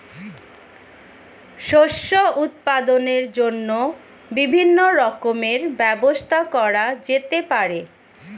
শস্য উৎপাদনের জন্য বিভিন্ন রকমের ব্যবস্থা করা যেতে পারে